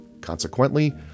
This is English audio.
Consequently